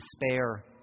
despair